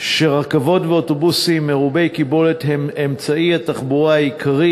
שרכבות ואוטובוסים מרובי קיבולת הם אמצעי התחבורה העיקרי